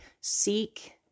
seek